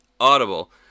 Audible